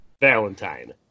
Valentine